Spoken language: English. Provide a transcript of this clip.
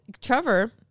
Trevor